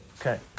Okay